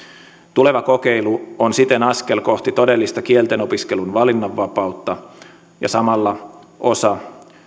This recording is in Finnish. tuleva kokeilu on siten askel kohti todellista kielten opiskelun valinnanvapautta ja samalla osa